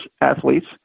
athletes